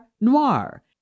noir